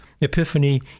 Epiphany